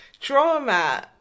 Drama